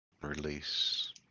release